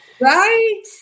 Right